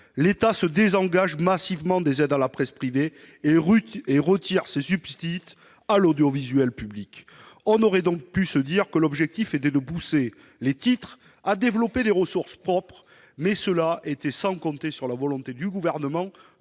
l'État se désengage massivement des aides à la presse privée et retire ses subsides à l'audiovisuel public. On aurait donc pu se dire que l'objectif était de pousser les titres à développer des ressources propres. Mais cela était sans compter avec la volonté du Gouvernement